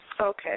Okay